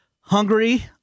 hungry